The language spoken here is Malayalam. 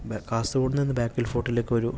കാസർഗോഡ് നിന്ന് ബേക്കൽ ഫോർട്ടിലേക്കൊരു